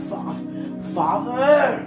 Father